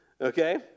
okay